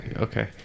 Okay